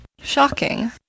shocking